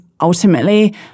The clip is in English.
ultimately